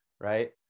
right